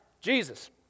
Jesus